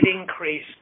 increase